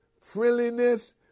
friendliness